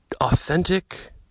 authentic